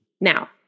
now